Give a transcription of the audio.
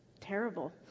terrible